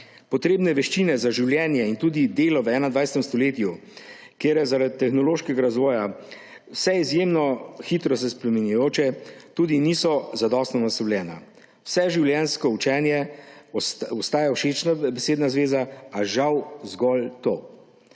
Potrebne veščine za življenje in tudi delo v 21. stoletju, kjer je zaradi tehnološkega razvoja vse izjemno hitro se spreminjajoče, tudi niso zadostno naslovljene. Vseživljenjsko učenje ostaja všečna besedna zveza, a žal zgolj to.